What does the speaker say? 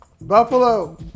Buffalo